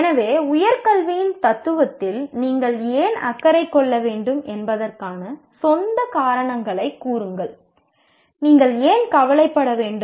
எனவே உயர்கல்வியின் தத்துவத்தில் நீங்கள் ஏன் அக்கறை கொள்ள வேண்டும் என்பதற்கான சொந்த காரணங்களைக் கூறுங்கள் நீங்கள் ஏன் கவலைப்பட வேண்டும்